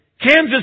Kansas